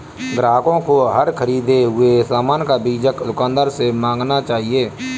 ग्राहकों को हर ख़रीदे हुए सामान का बीजक दुकानदार से मांगना चाहिए